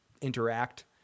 interact